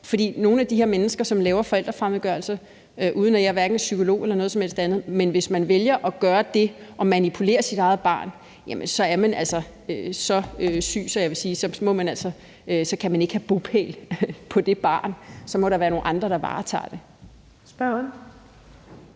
For nogle af de her mennesker, som laver forældrefremmedgørelse – uden at jeg er psykolog eller noget som helst andet – og som vælger at gøre det og manipulerer deres eget barn, er så syge, at jeg vil sige, at barnet ikke kan have bopæl der; så må der være nogle andre, der varetager det. Kl. 13:06